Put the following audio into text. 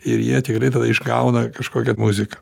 ir jie tikrai tada išgauna kažkokią muziką